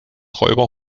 räuber